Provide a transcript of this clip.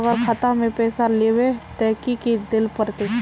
अगर खाता में पैसा लेबे ते की की देल पड़ते?